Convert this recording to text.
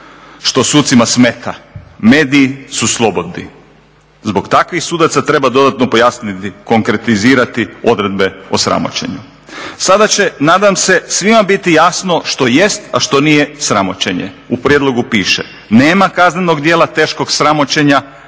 što sucima smeta, mediji su slobodni. Zbog takvih sudaca treba dodatno pojasniti, konkretizirati odredbe o sramoćenju. Sada će nadam se svima biti jasno što jest, a što nije sramoćenje. U prijedlogu piše nema kaznenog djela teškog sramoćenja